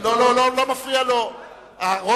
וזה מאפשר לו להפריע